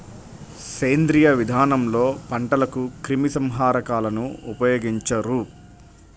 సేంద్రీయ విధానంలో పంటలకు క్రిమి సంహారకాలను ఉపయోగించరు